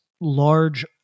large